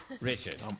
Richard